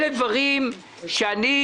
בדברים האלה,